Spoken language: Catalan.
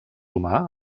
humà